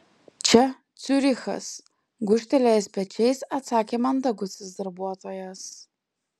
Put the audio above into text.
čia ciurichas gūžtelėjęs pečiais atsakė mandagusis darbuotojas